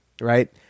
right